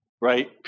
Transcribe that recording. Right